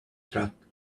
truck